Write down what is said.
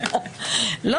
אלא